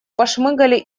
пошмыгали